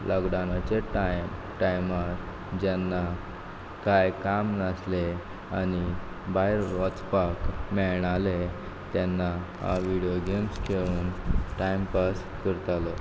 लॉकडावनाचे time टायमार जेन्ना कांय काम नासलें आनी भायर वचपाक मेळणालें तेन्ना हांव विडीयो गेम्स खेळून टायमपास करतालो